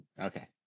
Okay